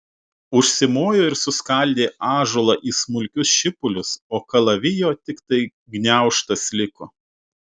užsimojo ir suskaldė ąžuolą į smulkius šipulius o kalavijo tiktai gniaužtas liko